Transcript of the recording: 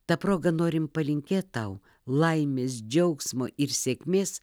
ta proga norim palinkėt tau laimės džiaugsmo ir sėkmės